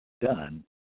done